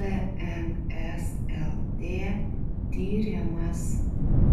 tns lt tyrimas